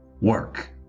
work